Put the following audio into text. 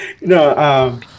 No